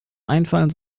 einfallen